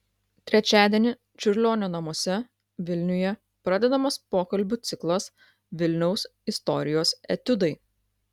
trečiadienį čiurlionio namuose vilniuje pradedamas pokalbių ciklas vilniaus istorijos etiudai